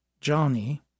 Johnny